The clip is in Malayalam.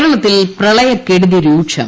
കേരളത്തിൽ പ്രളയക്കെടുതി രൂക്ഷം